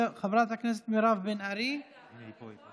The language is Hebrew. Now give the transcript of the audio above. חברת הכנסת מירב בן ארי, רגע, אבל אני פה.